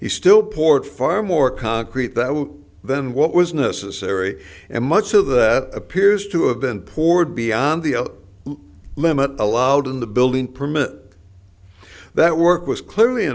he still port far more concrete that would then what was necessary and much of that appears to have been poured beyond the limit allowed in the building permit that work was clearly